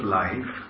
life